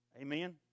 Amen